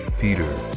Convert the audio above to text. Peter